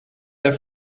der